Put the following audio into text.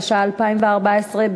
התשע"ה 2014,